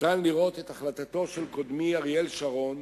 אפשר לראות את החלטתו של קודמי, אריאל שרון,